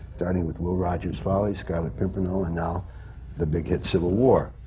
starting with will rogers follies, scarlet pimpernel, and now the big hit, civil war.